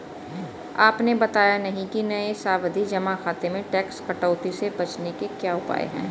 आपने बताया नहीं कि नये सावधि जमा खाते में टैक्स कटौती से बचने के क्या उपाय है?